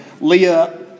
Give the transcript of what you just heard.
Leah